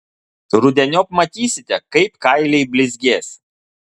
rudeniop matysite kaip kailiai blizgės